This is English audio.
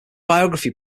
biography